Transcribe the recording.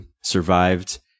survived